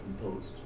composed